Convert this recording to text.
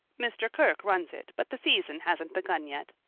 mr. kirke runs it, but the season hasn't begun yet.